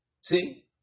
See